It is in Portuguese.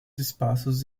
espaços